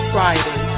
Friday